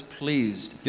pleased